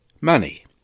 money